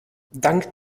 dank